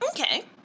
Okay